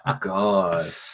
God